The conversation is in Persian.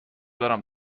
برم